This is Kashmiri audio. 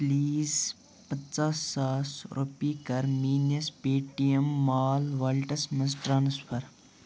پُلیٖز پنٛژاہ ساس رۄپیہِ کَر میٛٲنِس Paytm mall wallets مَنٛز ٹرٛانٕسفر